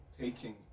taking